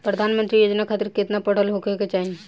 प्रधानमंत्री योजना खातिर केतना पढ़ल होखे के होई?